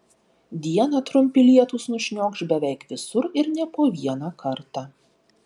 dieną trumpi lietūs nušniokš beveik visur ir ne po vieną kartą